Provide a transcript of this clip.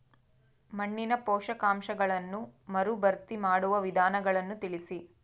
ಮಣ್ಣಿನ ಪೋಷಕಾಂಶಗಳನ್ನು ಮರುಭರ್ತಿ ಮಾಡುವ ವಿಧಾನಗಳನ್ನು ತಿಳಿಸಿ?